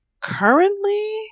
Currently